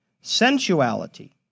sensuality